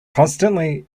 constantly